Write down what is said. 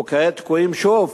וכעת תקועים שוב,